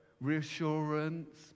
reassurance